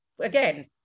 again